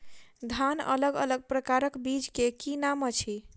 धान अलग अलग प्रकारक बीज केँ की नाम अछि?